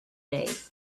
days